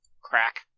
Crack